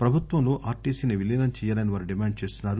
ప్రభుత్వంలో ఆర్టీసీని విలీనం చేయాలని వారు డిమాండ్ చేస్తున్నారు